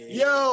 yo